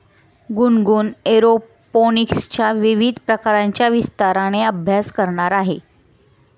गुनगुन एरोपोनिक्सच्या विविध प्रकारांचा विस्ताराने अभ्यास करणार आहे